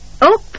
Up